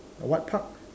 what Park